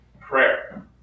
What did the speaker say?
prayer